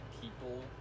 people